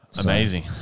Amazing